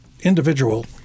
individual